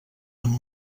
amb